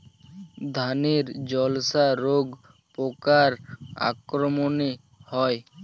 ধানের ঝলসা রোগ পোকার আক্রমণে হয়?